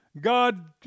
God